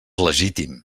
legítim